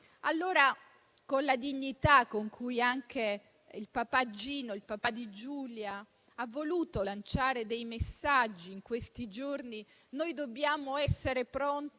Allora, con la stessa dignità con cui anche Gino, il papà di Giulia, ha voluto lanciare dei messaggi in questi giorni, dobbiamo essere pronti